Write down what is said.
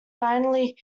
finally